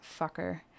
fucker